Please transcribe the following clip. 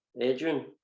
Adrian